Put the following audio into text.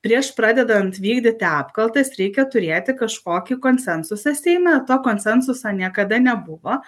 prieš pradedant vykdyti apkaltas reikia turėti kažkokį konsensusą seime to konsensuso niekada nebuvo